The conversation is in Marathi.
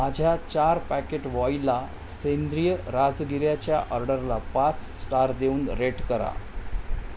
माझ्या चार पॅकेट व्हॉईला सेंद्रिय राजगिऱ्याच्या ऑर्डरला पाच स्टार देऊन रेट करा